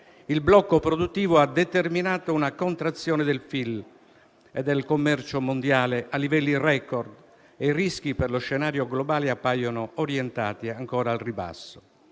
il blocco produttivo ha determinato una contrazione del PIL e del commercio mondiale a livelli *record* e lo scenario globale appare orientato ancora al ribasso,